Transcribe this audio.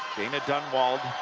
dayna dunnwald,